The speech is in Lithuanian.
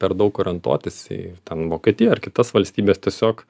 per daug orientuotis į ten vokietiją ar kitas valstybes tiesiog